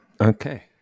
Okay